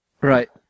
Right